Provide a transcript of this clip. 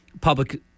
public